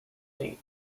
seat